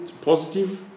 positive